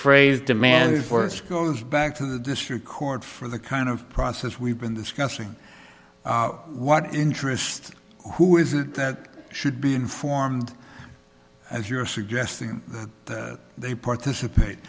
phrase demand for its goes back to the district court for the kind of process we've been discussing what interest who is it that should be informed as you're suggesting that they participate